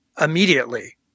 immediately